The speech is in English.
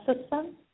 system